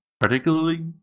particularly